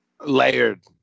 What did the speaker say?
layered